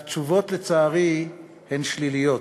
התשובות, לצערי, הן שליליות.